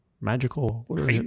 magical